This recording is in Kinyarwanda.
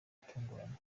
itunguranye